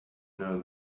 know